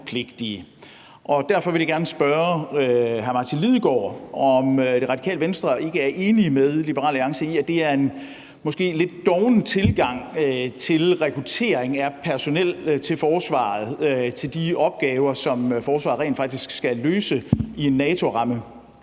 Derfor vil jeg gerne spørge hr. Martin Lidegaard, om Det Radikale Venstre ikke er enige med Liberal Alliance i, at det er en måske lidt doven tilgang til rekruttering af personel til forsvaret til de opgaver, som forsvaret rent faktisk skal løse i en NATO-ramme.